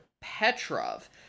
Petrov